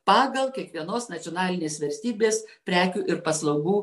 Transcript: pagal kiekvienos nacionalinės valstybės prekių ir paslaugų